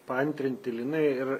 paantrinti linai ir